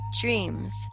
dreams